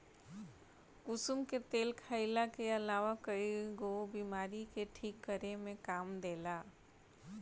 कुसुम के तेल खाईला के अलावा कईगो बीमारी के ठीक करे में काम देला